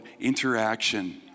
interaction